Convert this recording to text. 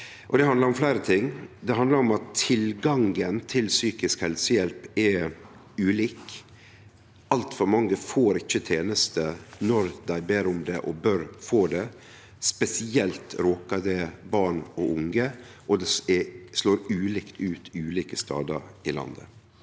Det handlar om at tilgangen til psykisk helsehjelp er ulik. Altfor mange får ikkje tenester når dei ber om det og bør få det. Spesielt råkar det barn og unge, og det slår ulikt ut ulike stadar i landet.